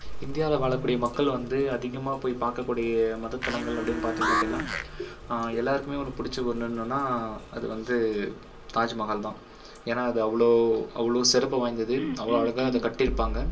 இந்தியாவில் வாழ கூடிய மக்கள் வந்து அதிகமாக போயி பார்க்க கூடிய மத தலங்கள் அப்படின்னு பார்த்தீங்கனா அப்படின்னா எல்லாருக்குமே ஒரு பிடிச்ச ஒன்னுஒன்னுனா அது வந்து தாஜ்மஹால் தான் ஏன்னால் அது அவளோ அவளோ சிறப்பு வாய்ந்தது அவளோ அழகாக அதை கட்டிருப்பாங்கள்